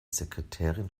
sekretärin